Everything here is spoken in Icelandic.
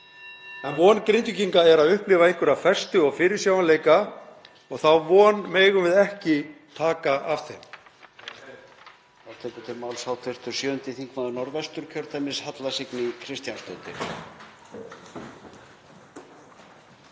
en von Grindvíkinga er að upplifa einhverja festu og fyrirsjáanleika og þá von megum við ekki taka af þeim.